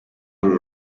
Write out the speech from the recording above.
uru